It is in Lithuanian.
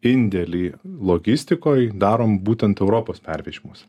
indėlį logistikoj darom būtent europos pervežimus